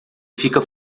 fica